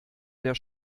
der